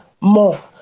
more